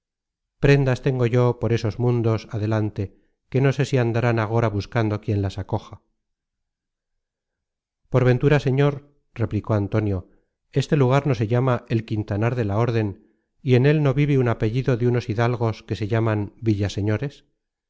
prendas tengo yo por esos mundos ade content from google book search generated at lante que no sé si andarán agora buscando quien las acoja por ventura señor replicó antonio este lugar no se llama el quintanar de la orden y en él no vive un apellido de unos hidalgos que se llaman